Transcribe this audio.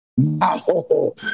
No